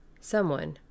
Someone